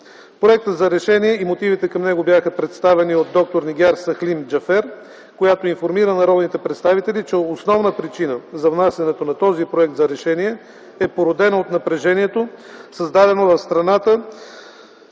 Проектът за решение и мотивите към него бяха представени от д-р Нигяр Сахлим Джафер, която информира народните представители, че основна причина за внасянето на този Проект за решение е породена от напрежението, създадено в страната